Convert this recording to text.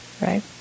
right